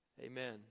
Amen